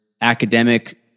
academic